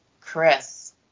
Chris